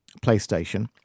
PlayStation